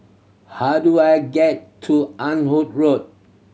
how do I get to Ah Hood Road